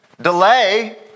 delay